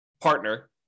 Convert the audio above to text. partner